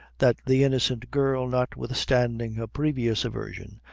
that the innocent girl, not-withstanding her previous aversion,